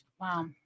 Wow